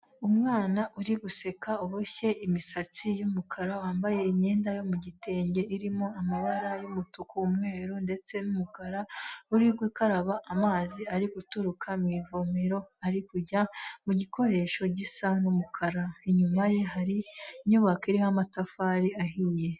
Umwana uri guseka uboshye imisatsi y'umukara, wambaye imyenda yo mu gitenge irimo amabara y'umutuku, umweru ndetse n'umukara, uri gukaraba amazi ari guturuka mu ivomero ari kujya mu gikoresho gisa n'umukara, inyuma ye hari inyubako iriho amatafari ahiye.